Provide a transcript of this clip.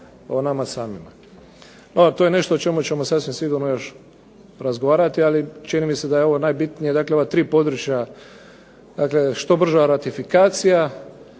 o nama samima. No, to je nešto o čemu ćemo sasvim sigurno još razgovarati. Ali čini mi se da je ovo najbitnije, dakle ova tri područja. Dakle, što brža ratifikacija,